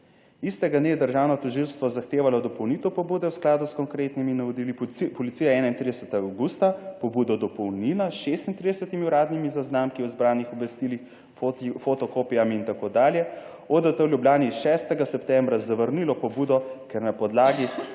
istega dne je državno tožilstvo zahtevalo dopolnitev pobude v skladu s konkretnimi navodili, policija je 31. avgusta pobudo dopolnila s 36 uradnimi zaznamki o zbranih obvestilih, fotokopijami in tako dalje. ODT je v Ljubljani 6. septembra zavrnilo pobudo, ker na podlagi